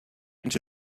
into